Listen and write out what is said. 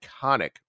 iconic